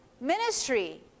ministry